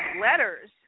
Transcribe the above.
letters